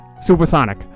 supersonic